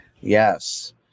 Yes